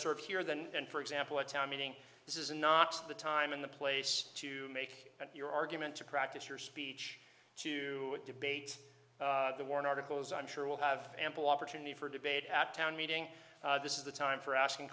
served here than in for example a town meeting this is not the time and the place to make your argument to practice your speech to debate the war in articles i'm sure we'll have ample opportunity for debate at town meeting this is the time for asking